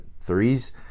threes